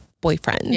boyfriend